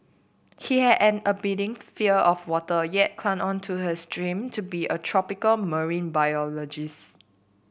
he had an abiding fear of water yet clung on to his dream to be a tropical marine biologist